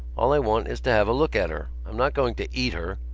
all i want is to have a look at her. i'm not going to eat her.